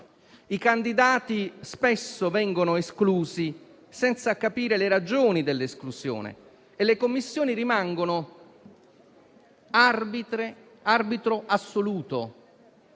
I candidati spesso vengono esclusi senza capirne le ragioni e le commissioni rimangono l'arbitro assoluto